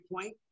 point